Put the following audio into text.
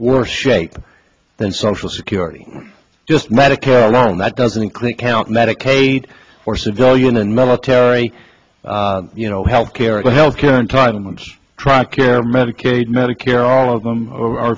worse shape than social security just medicare alone that doesn't include count medicaid or civilian and military you know health care health care entitlements traquair medicaid medicare all of them are